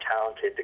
talented